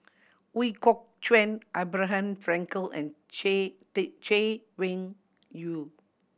Ooi Kok Chuen Abraham Frankel and Chay Weng Yew